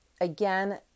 Again